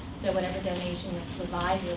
so whatever donation you'll provide,